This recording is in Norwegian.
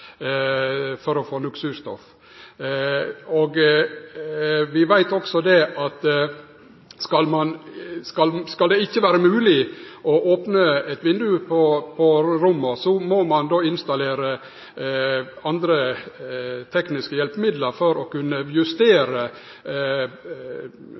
for å få nok surstoff. Vi veit også at dersom det ikkje skal vere mogleg å opne eit vindauge på rommet, må ein installere andre tekniske hjelpemiddel for å kunne